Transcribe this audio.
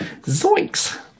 Zoinks